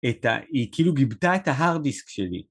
‫היא כאילו גיבתה את ההארדיסק שלי.